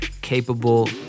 capable